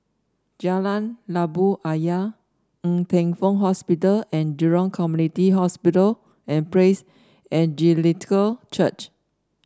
Jalan Labu Ayer Ng Teng Fong Hospital and Jurong Community Hospital and Praise Evangelical Church